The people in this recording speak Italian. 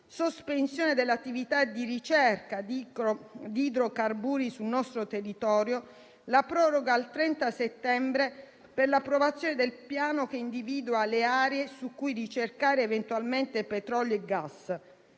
sospensione dell'attività di ricerca di idrocarburi sul nostro territorio e proroga al 30 settembre per l'approvazione del piano che individua le aree su cui ricercare eventualmente petrolio e gas.